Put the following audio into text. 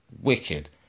wicked